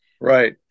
right